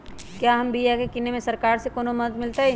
क्या हम बिया की किने में सरकार से कोनो मदद मिलतई?